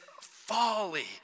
folly